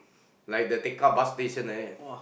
like the Tekka bus station like that